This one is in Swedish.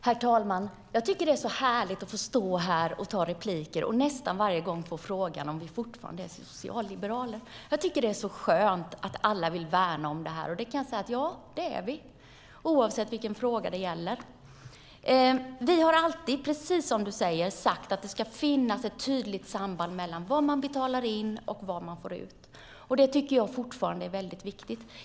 Herr talman! Jag tycker att det är så härligt att få stå här och i replikskiftena nästan varje gång få frågan om vi fortfarande är socialliberaler. Det är så skönt att alla vill värna om det, och jag kan säga att ja, det är vi, oavsett vilken fråga det gäller. Vi har alltid sagt, precis som Jasenko Omanovic nämnde, att det ska finnas ett tydligt samband mellan vad man betalar in och vad man får ut. Det tycker jag fortfarande är mycket viktigt.